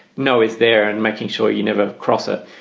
know is there and making sure you never cross it.